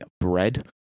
bread